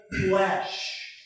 flesh